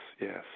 yes